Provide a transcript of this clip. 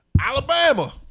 Alabama